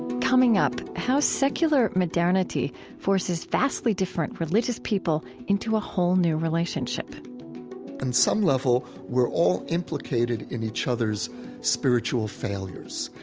coming up, how secular modernity forces vastly different religious people into a whole new relationship on some level, we're all implicated in each other's spiritual failures.